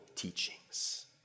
teachings